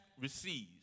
receives